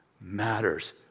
matters